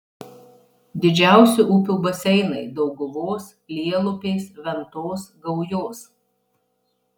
didžiausi upių baseinai dauguvos lielupės ventos gaujos